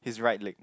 his right leg